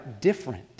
different